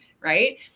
right